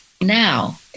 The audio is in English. now